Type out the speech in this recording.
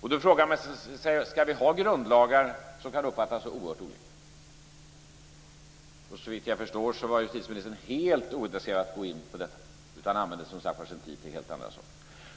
Man kan fråga sig om vi skall ha grundlagar som kan uppfattas så oerhört olika. Såvitt jag förstår var justitieministern helt ointresserad av att gå in på detta och använde sin tid till annat.